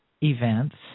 events